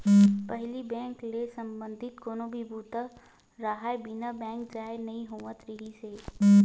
पहिली बेंक ले संबंधित कोनो भी बूता राहय बिना बेंक जाए नइ होवत रिहिस हे